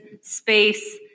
space